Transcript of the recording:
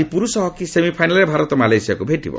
ଆଜି ପୁରୁଷ ହକି ସେମିଫାଇନାଲ୍ରେ ଭାରତ ମାଲେସିୟାକୁ ଭେଟିବ